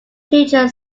children